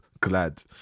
glad